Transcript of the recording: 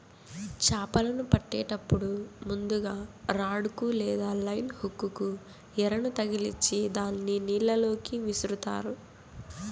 చాపలను పట్టేటప్పుడు ముందుగ రాడ్ కు లేదా లైన్ హుక్ కు ఎరను తగిలిచ్చి దానిని నీళ్ళ లోకి విసురుతారు